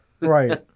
Right